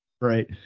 Right